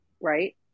Right